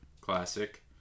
classic